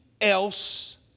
else